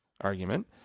argument